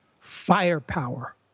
firepower